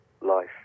life